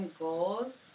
goals